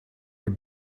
your